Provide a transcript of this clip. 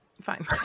Fine